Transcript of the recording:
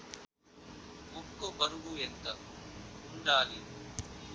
మొక్కొ బరువు ఎంత వుండాలి?